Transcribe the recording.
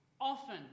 often